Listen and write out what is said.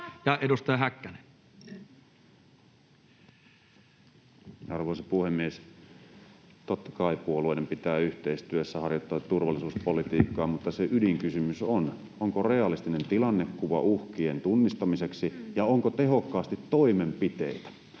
Time: 15:22 Content: Arvoisa puhemies! Totta kai puolueiden pitää yhteistyössä harjoittaa turvallisuuspolitiikkaa, mutta se ydinkysymys on, onko realistinen tilannekuva uhkien tunnistamiseksi, ja onko tehokkaasti toimenpiteitä.